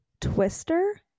Twister